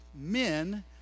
Men